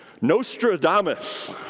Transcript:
Nostradamus